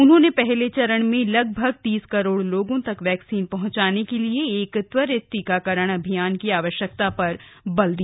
उन्होंने पहले चरण में लगभग तीस करोड़ लोगों तक वैक्सीन पहुंचाने के लिए एक त्वरित टीकाकरण अभियान की आवश्यकता पर भी बल दिया